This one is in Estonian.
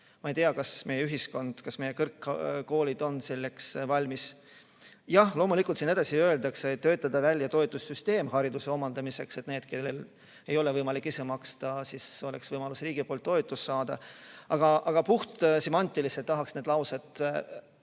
Ma ei tea, kas meie ühiskond, kas meie kõrgkoolid on selleks valmis. Jah, loomulikult siin edasi öeldakse, et tuleb töötada välja toetussüsteem hariduse omandamiseks, et nendel, kellel ei ole võimalik ise maksta, oleks võimalus riigilt toetust saada. Aga puhtsemantiliselt tahaks need laused teistpidi